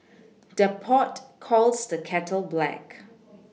the pot calls the kettle black